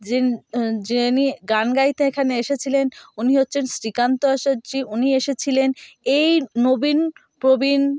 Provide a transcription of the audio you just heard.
যিনি যিনি গান গাইতে এখানে এসেছিলেন উনি হচ্ছেন শ্রীকান্ত আচার্য উনি এসেছিলেন এই নবীন প্রবীণ